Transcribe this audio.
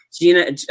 Gina